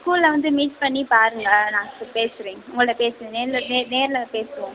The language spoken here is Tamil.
ஸ்கூலில் வந்து மீட் பண்ணி பாருங்கள் நான் பேசுகிறேன் உங்கள்ட்ட பேசுகிறேன் நேரில் நே நேரில் பேசுவோம்